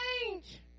change